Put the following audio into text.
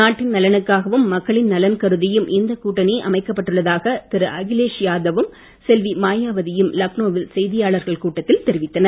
நாட்டின் நலனுக்காகவும் மக்களின் நலன் கருதியும் இந்த கூட்டணி அமைக்கப்பட்டுள்ளதாக திரு அகிலேஷ் யாதவ்வும் செல்வி மாயாவதியும் லக்னோவில் செய்தியாளர்கள் கூட்டத்தில் தெரிவித்தனர்